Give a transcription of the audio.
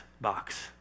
box